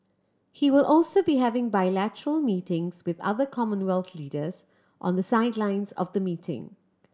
he will also be having bilateral meetings with other Commonwealth leaders on the sidelines of the meeting